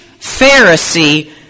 Pharisee